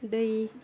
दै